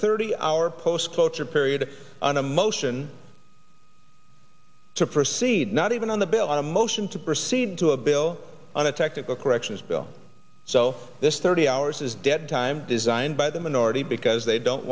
thirty hour post cloture period on a motion to proceed not even on the bill on a motion to proceed to a bill on a technical corrections bill so this thirty hours is dead time designed by the minority because they don't